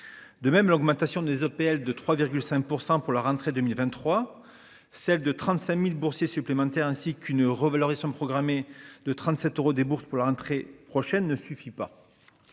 De même, l'augmentation des APL de 3,5% pour la rentrée 2023, celle de 35.000 boursiers supplémentaires ainsi qu'une revalorisation, programmée de 37 euros. Des bourses pour la rentrée prochaine ne suffit pas.